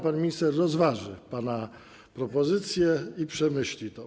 Pan minister rozważy pana propozycję i przemyśli to.